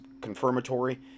confirmatory